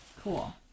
Cool